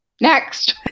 Next